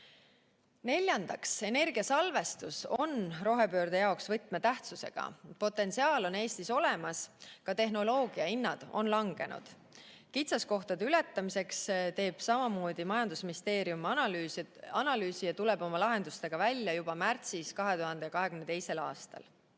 tuuleparke. Neljandaks, energiasalvestus on rohepöörde jaoks võtmetähtsusega. Potentsiaal on Eestis olemas, ka tehnoloogiahinnad on langenud. Kitsaskohtade ületamiseks teeb majandusministeerium samamoodi analüüsi ja tuleb oma lahendustega välja juba 2022. aasta